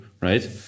right